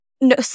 No